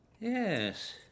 Yes